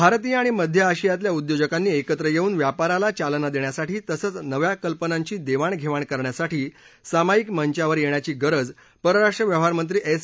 भारतीय आणि मध्य आशियातल्या उद्योजकांनी एकत्र येऊन व्यापाराला चालना देण्यासाठी तसंच नव्या कल्पनांची देवाणघेवाण करण्यासाठी सामायिक मंचावर येण्याची गरज परराष्ट्र व्यवहारमंत्री एस